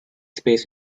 space